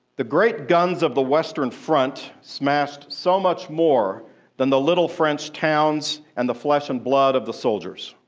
the great guns of the western front smashed so much more than the little french towns and the flesh-and-blood of the soldiers.